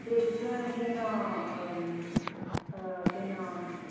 ते तुसें केह् नांऽ केह् नांऽ